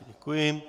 Děkuji.